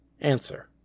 answer